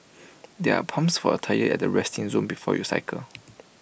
there are pumps for your tyres at the resting zone before you cycle